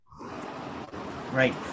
right